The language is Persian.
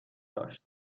داشت